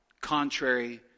contrary